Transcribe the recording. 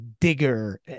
digger